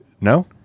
No